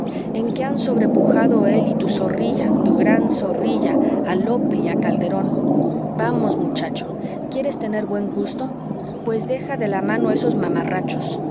en qué han sobrepujado él y tu zorrilla tu gran zorrilla a lope y a calderón vamos muchacho quieres tener buen gusto pues deja de la mano esos mamarrachos